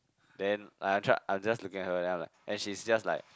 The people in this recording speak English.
then like I tried I'm just looking at her then I'm like and she's just like